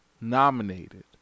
Nominated